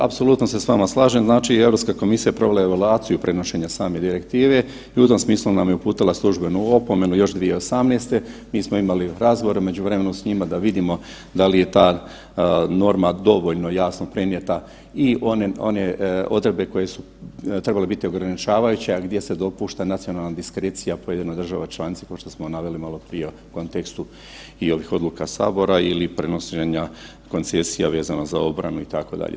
Apsolutno se s vama slažem, znači i Europska komisija provela je evaluaciju prenošenja same direktive i u tom smislu nam je uputila službenu opomenu još 2018., mi smo imali razgovore u međuvremenu s njima da vidimo da li je ta norma dovoljno jasno prenijeta i one odredbe koje su trebale biti ograničavajuće a gdje se dopušta nacionalna diskrecija pojedinih država članica, kao što smo naveli malo prije u kontekstu i ovih odluka sabora ili prenošenja koncesija vezano za obranu itd.